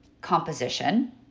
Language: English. composition